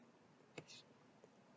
it's